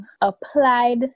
applied